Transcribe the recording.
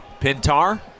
Pintar